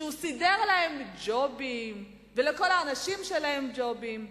שהוא סידר להם ג'ובים ולכל האנשים שלהם ג'ובים,